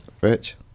Rich